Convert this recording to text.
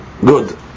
Good